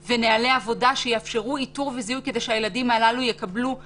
אין פה באמת חקיקה ראשית אלא חקיקה ראשית שמאפשרת להתקין תקנות